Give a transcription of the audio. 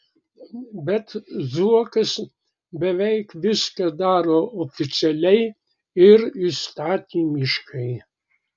bet zuokas beveik viską daro oficialiai ir įstatymiškai